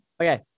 Okay